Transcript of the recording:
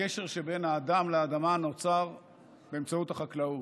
הקשר שבין האדם לאדמה נוצר באמצעות החקלאות.